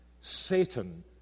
Satan